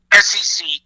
SEC